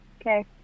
Okay